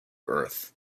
earth